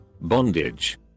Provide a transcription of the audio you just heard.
Bondage